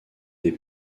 des